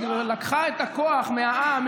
שלקחה את הכוח מהעם,